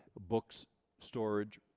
books storage,